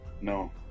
no